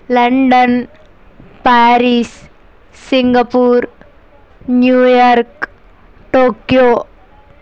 London Paris Singapore New York Tokyo